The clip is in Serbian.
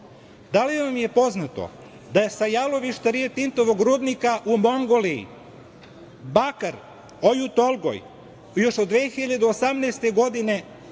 Da li vam je poznato da je sa jalovišta Rio Tintovog rudnika u Mongoliji, bakar, ojutolgoj, još od 2018. godine